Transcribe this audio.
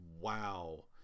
wow